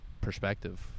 perspective